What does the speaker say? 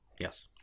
Yes